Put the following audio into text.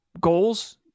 goals